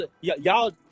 y'all